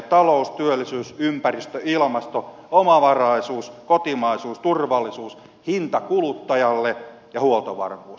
talous työllisyys ympäristö ilmasto omavaraisuus kotimaisuus turvallisuus hinta kuluttajalle ja huoltovarmuus